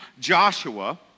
Joshua